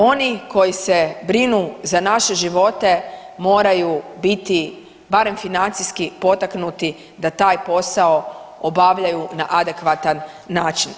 Oni koji se brinu za naše živote moraju biti barem financijski potaknuti da taj posao obavljaju na adekvatan način.